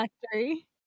Factory